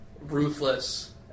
Ruthless